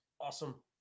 awesome